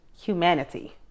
humanity